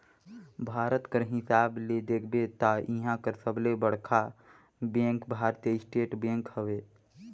भारत कर हिसाब ले देखबे ता इहां कर सबले बड़खा बेंक भारतीय स्टेट बेंक हवे